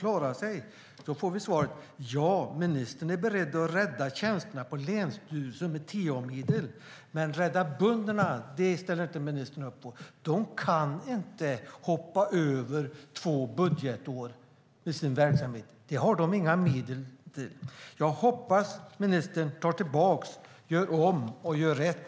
Vi får svaret att ministern är beredd att rädda tjänsterna på länsstyrelsen med TA-medel, men att rädda bönderna ställer ministern inte upp på. De kan inte hoppa över två budgetår i sin verksamhet. Det har de inga medel till. Jag hoppas ministern tar tillbaka, gör om och gör rätt.